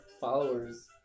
followers